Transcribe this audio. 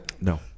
No